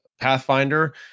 Pathfinder